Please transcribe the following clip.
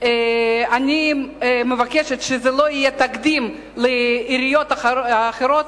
אני מבקשת שזה לא יהיה תקדים לעיריות אחרות.